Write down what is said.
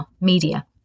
media